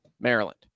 Maryland